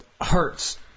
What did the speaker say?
hurts